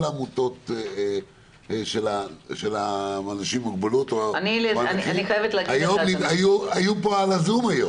העמותות של אנשים עם מוגבלות היו פה על הזום.